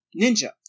Ninja